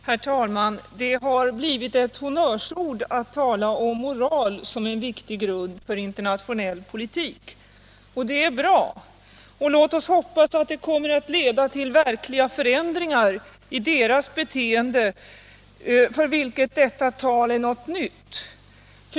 Herr talman! Det har blivit ett honnörsord att tala om moral som en viktig grund för internationell politik. Och det är bra. Låt oss hoppas att det kommer att leda till verkliga förändringar i deras beteende för vilka detta tal är något nytt!